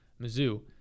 Mizzou